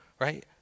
right